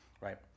Right